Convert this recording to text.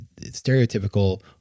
stereotypical